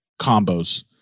combos